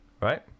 right